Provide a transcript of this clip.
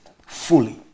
fully